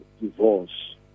divorce